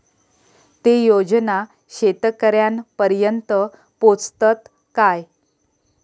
ते योजना शेतकऱ्यानपर्यंत पोचतत काय?